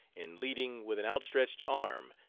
in leading, with an outstretched arm,